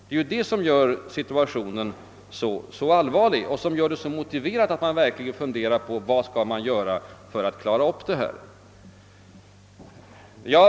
Det är det som gör situationen så allvarlig och som gör det så motiverat att man verkligen funderar på vad man skall göra för att minska svårigheterna.